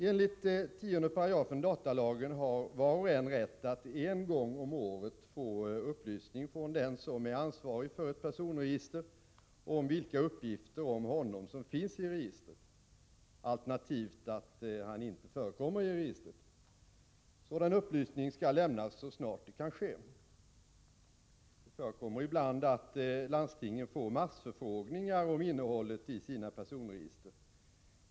Enligt 10 § datalagen har var och en rätt att en gång om året få upplysning från den som är ansvarig för ett personregister om vilka uppgifter om honom som finns i registret, alternativt att han inte förekommer i registret. Sådan upplysning skall lämnas så snart det kan ske. Det förekommer ibland att landstingen får massförfrågningar om innehållet i sina personregister.